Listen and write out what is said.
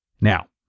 Now